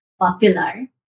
popular